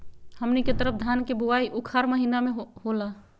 हमनी के तरफ धान के बुवाई उखाड़ महीना में होला